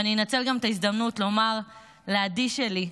ואני אנצל גם את ההזדמנות לומר לעדי שלי,